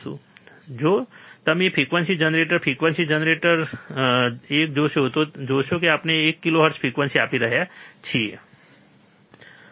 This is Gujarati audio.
તેથી જો તમે ફ્રીક્વન્સી જનરેટર ફ્રીક્વન્સી જનરેટર આ એક જોશો તો તમે જોશો કે આપણે એક કિલોહર્ટ્ઝ ફ્રીક્વન્સી આપી રહ્યા છીએ બરાબર